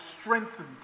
strengthened